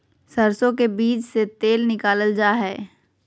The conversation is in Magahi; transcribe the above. सरसो के बीज से तेल निकालल जा हई